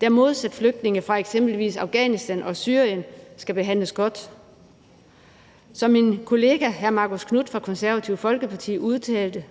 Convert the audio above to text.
der modsat flygtninge fra eksempelvis Afghanistan og Syrien skal behandles godt. Som min kollega hr. Marcus Knuth fra Det Konservative Folkeparti udtalte: